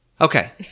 okay